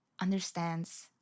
understands